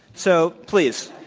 so please.